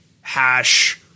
hash